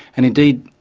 and indeed,